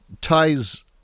ties